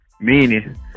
meaning